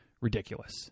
Ridiculous